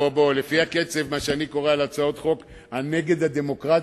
לפי הקצב של מה שאני קורא פה על הצעת חוק נגד הדמוקרטיה,